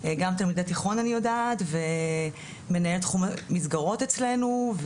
גם תלמידי תיכון ומנהל תחום מסגרות אצלנו,